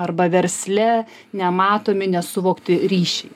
arba versle nematomi nesuvokti ryšiai